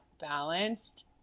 balanced